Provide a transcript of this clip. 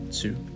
two